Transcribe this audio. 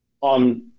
on